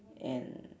and